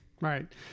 Right